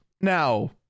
now